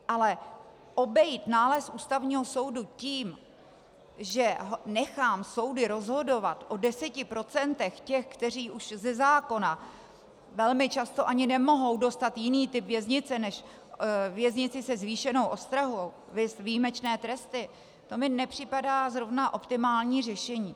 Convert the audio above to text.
Ale obejít nález Ústavního soudu tím, že nechám soudy rozhodovat o 10 % těch, kteří už ze zákona velmi často ani nemohou dostat jiný typ věznice než věznici se zvýšenou ostrahou, viz výjimečné tresty, to mi nepřipadá zrovna optimální řešení.